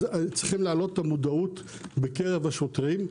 היו צריכים להעלות את המודעות את המודעות בקרב השוטרים.